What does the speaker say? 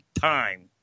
time